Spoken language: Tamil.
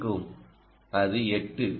மன்னிக்கவும் அது 8